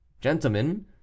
gentlemen